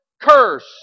curse